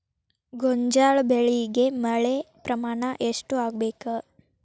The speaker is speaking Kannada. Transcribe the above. ಗೋಂಜಾಳ ಬೆಳಿಗೆ ಮಳೆ ಪ್ರಮಾಣ ಎಷ್ಟ್ ಆಗ್ಬೇಕ?